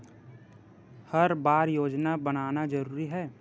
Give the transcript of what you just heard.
हर बार योजना बनाना जरूरी है?